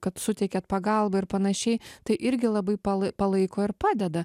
kad suteikėt pagalbą ir panašiai tai irgi labai pal palaiko ir padeda